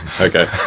okay